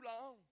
long